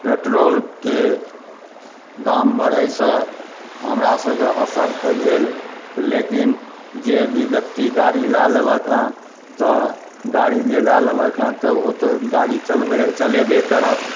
पेट्रोलके दाम बढ़ैसँ हमरा सबके असर तऽ भेल लेकिन जे भी व्यक्ति गाड़ी लै लेलक हँ तऽ गाड़ी जे लै लेलक हँ तऽ ओ तऽ गाड़ी चलेबे चलेबे करत